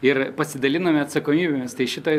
ir pasidalinome atsakomybėmis tai šitoj